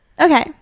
Okay